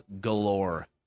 galore